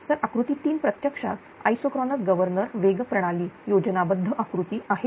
तर आकृती 3 प्रत्यक्षात आइसोक्रोनस गवर्नर वेग प्रणाली योजनाबद्ध आकृती आहे